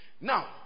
now